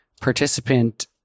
participant